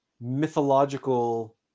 mythological